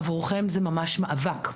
עבורכם זה ממש מאבק,